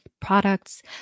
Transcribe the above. products